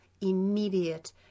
immediate